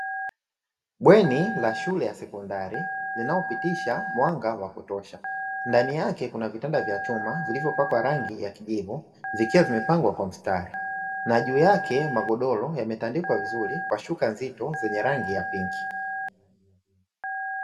Bweni la shule ya sekondari linaopitisha mwanga wa kutosha. Ndani yake kuna vitanda vya chuma vilivyopakwa rangi ya kijivu zikiwa zimepangwa kwa mstari, na juu yake magodoro yametandikwa vizuri kwa shuka nzito zenye rangi ya pinki.